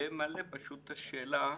ומעלה פשוט את השאלה,